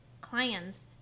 clients